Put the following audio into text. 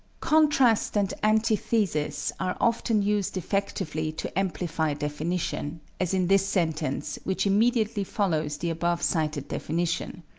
contrast and antithesis are often used effectively to amplify definition, as in this sentence, which immediately follows the above-cited definition